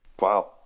Wow